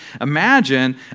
Imagine